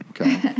Okay